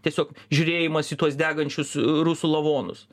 tiesiog žiūrėjimas į tuos degančius rusų lavonus